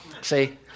See